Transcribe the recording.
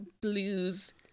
blues